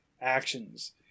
actions